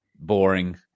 boring